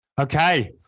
Okay